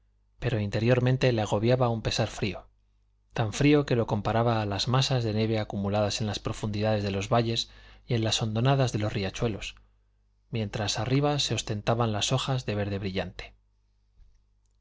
pero interiormente le agobiaba un pesar frío tan frío que lo comparaba a las masas de nieve acumuladas en las profundidades de los valles y en las hondonadas de los riachuelos mientras arriba se ostentan las hojas de verde brillante